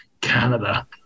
Canada